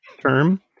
term